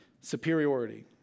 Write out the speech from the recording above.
superiority